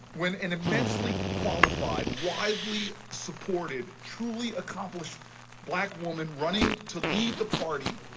when an immensely qualified, widely supported, truly accomplished black woman running to lead the party,